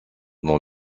dans